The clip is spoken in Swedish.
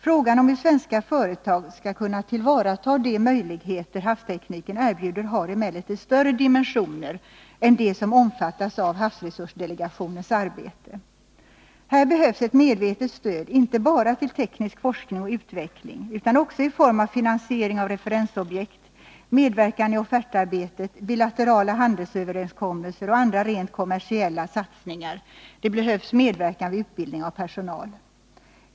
Frågan om hur svenska företag skall kunna tillvarata de möjligheter havstekniken erbjuder har emellertid större dimensioner än de som omfattas av havsresursdelegationens arbete. Här behövs ett medvetet stöd inte bara till teknisk forskning och utveckling utan också i form av finansiering av referensobjekt, medverkan i offertarbetet, bilaterala handelsöverenskommelser och andra rent kommersiella satsningar. Det behövs medverkan vid utbildning av personal.